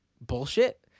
bullshit